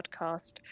podcast